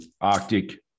Arctic